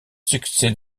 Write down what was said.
succès